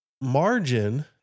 margin